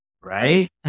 right